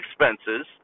expenses